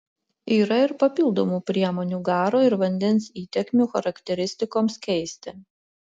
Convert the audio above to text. yra ir papildomų priemonių garo ir vandens įtekmių charakteristikoms keisti